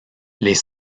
les